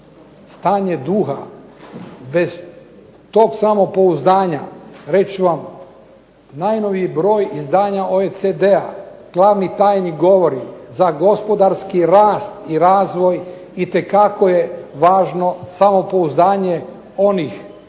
stanje duha, bez tog samopouzdanja reći ću vam, najnoviji broj izdanja OECD-a glavni tajnik govori za gospodarski rast i razvoj itekako je važno samopouzdanje onih koji